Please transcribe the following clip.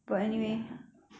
mm ya